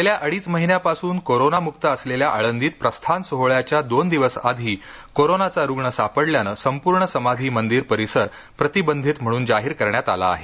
गेल्या अडीच महिन्यापासून कोरोना मुक्त असलेल्या आळंदीत प्रस्थान सोहोळ्याच्या दोन दिवस आधी कोरोनाचा रुग्ण सापडल्यानं संपूर्ण समाधी मंदिर परिसर प्रतिबंधित म्हणून जाहीर करण्यात आला आहे